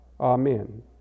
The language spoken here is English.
Amen